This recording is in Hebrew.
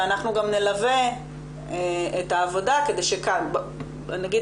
ואנחנו גם נלווה את העבודה כדי שכאן ונגיד